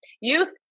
Youth